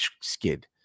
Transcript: skid